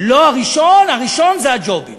אבל לא הראשון, הראשון זה הג'ובים.